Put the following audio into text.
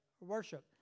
worship